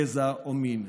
גזע או מין.